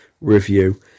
review